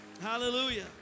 Hallelujah